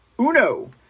uno